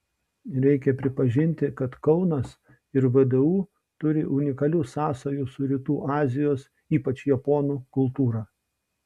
reikia pripažinti kad kaunas ir vdu turi unikalių sąsajų su rytų azijos ypač japonų kultūra